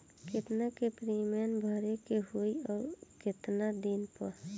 केतना के प्रीमियम भरे के होई और आऊर केतना दिन पर?